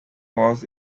was